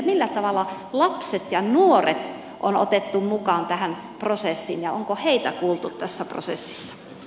millä tavalla lapset ja nuoret on otettu mukaan tähän prosessiin ja onko heitä kuultu tässä prosessissa